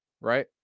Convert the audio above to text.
right